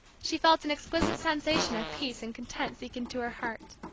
she felt an exquisite sensation of peace and content sink into her heart.